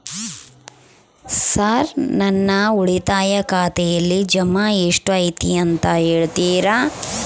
Sir ನನ್ನ ಉಳಿತಾಯ ಖಾತೆಯಲ್ಲಿ ಜಮಾ ಎಷ್ಟು ಐತಿ ಅಂತ ಹೇಳ್ತೇರಾ?